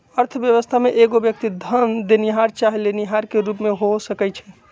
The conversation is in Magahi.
अर्थव्यवस्था में एगो व्यक्ति धन देनिहार चाहे लेनिहार के रूप में हो सकइ छइ